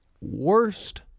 worst